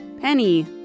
Penny